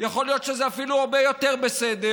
יכול להיות שזה אפילו הרבה יותר בסדר.